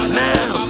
now